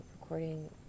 recording